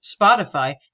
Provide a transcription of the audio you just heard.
Spotify